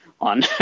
on